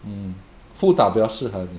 mm 辅导比较适合你